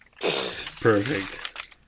Perfect